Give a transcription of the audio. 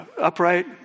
upright